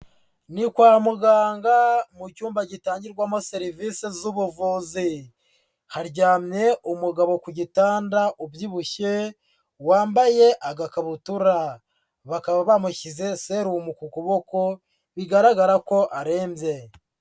Ni kwa muganga mu cyumba gitangirwamo serivisi z'ubuvuzi, haryamye umugabo ku gitanda ubyibushye wambaye agakabutura, bakaba bamushyize serumo kukaboko bigaragara ko arebye.